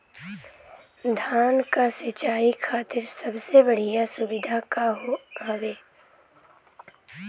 धान क सिंचाई खातिर सबसे बढ़ियां सुविधा का हवे?